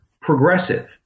progressive